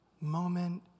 moment